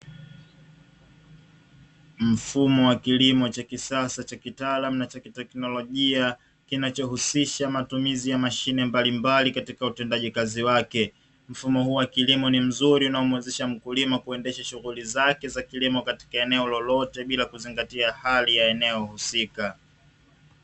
Mfumo wa kilimo cha kisasa, cha kitaalamu na cha kiteknolojia kinachohusisha matumizi ya mashine mbalimbali katika utendaji kazi wake. Mfumo huu wa kilimo ni mzuri unaomuwezesha mkulima kuendesha shughuli zake za kilimo katika eneo lolote bila kuzingatia hali ya eneo husika.